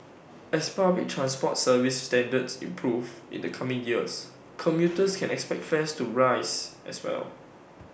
as public transport service standards improve in the coming years commuters can expect fares to rise as well